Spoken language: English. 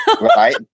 Right